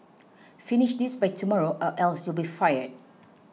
finish this by tomorrow or else you'll be fired